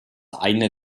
eine